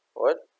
what